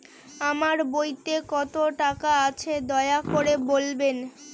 আমার বইতে কত টাকা আছে দয়া করে বলবেন?